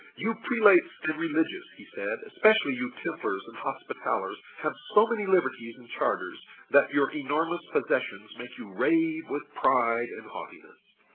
you prelates and religious, he said, especially you templars and hospitallers, have so many liberties and charters that your enormous possessions make you rave with pride and haughtiness.